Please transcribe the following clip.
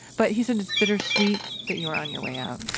but he said it's bittersweet that you were on your way out